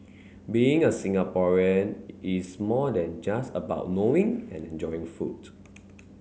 being a Singaporean is more than just about knowing and enjoying food